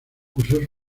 cursó